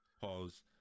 Pause